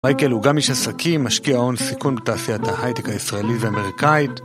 מייקל הוא גם איש עסקים, משקיע און סיכון בתעשיית ההייטק הישראלית ואמריקאית